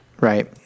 Right